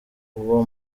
uba